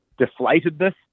deflatedness